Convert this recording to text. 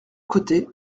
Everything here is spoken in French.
côté